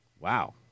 wow